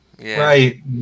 Right